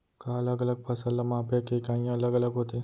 का अलग अलग फसल ला मापे के इकाइयां अलग अलग होथे?